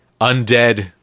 undead